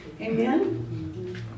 Amen